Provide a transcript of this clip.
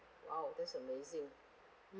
!wow! that's amazing um